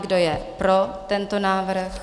Kdo je pro tento návrh?